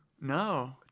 No